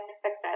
success